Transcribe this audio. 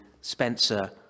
Spencer